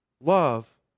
Love